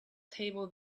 table